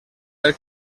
del